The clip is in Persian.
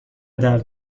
درد